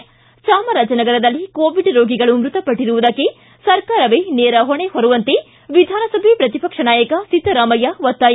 ಿ ಚಾಮರಾಜನಗರದಲ್ಲಿ ಕೋವಿಡ್ ರೋಗಿಗಳು ಮೃತಪಟ್ಟಿರುವುದಕ್ಕೆ ಸರ್ಕಾರವೇ ನೇರ ಹೊಣೆ ಹೊರುವಂತೆ ವಿಧಾನಸಭೆ ಪ್ರತಿಪಕ್ಷ ನಾಯಕ ಸಿದ್ದರಾಮಯ್ಯ ಒತ್ತಾಯ